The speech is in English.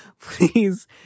please